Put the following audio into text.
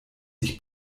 sich